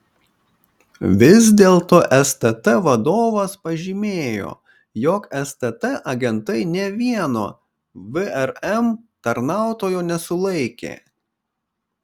vis dėlto stt vadovas pažymėjo jog stt agentai nė vieno vrm tarnautojo nesulaikė